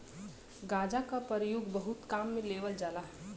गांजा क परयोग बहुत काम में लेवल जाला